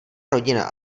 rodina